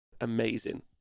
Amazing